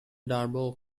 darboux